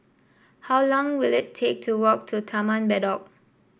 how long will it take to walk to Taman Bedok